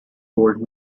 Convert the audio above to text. old